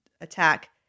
attack